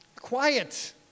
quiet